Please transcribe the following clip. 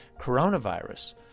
coronavirus